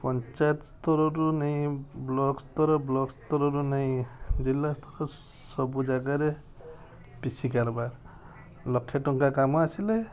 ପଞ୍ଚାୟତସ୍ତରରୁ ନେଇ ବ୍ଲକସ୍ତର ବ୍ଲକସ୍ତରରୁ ନେଇ ଜିଲ୍ଲାସ୍ତର ସବୁ ଜାଗାରେ ପି ସି କାରବାର ଲକ୍ଷେ ଟଙ୍କା କାମ ଆସିଲେ